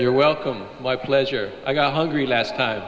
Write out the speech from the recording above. you're welcome my pleasure i got hungry last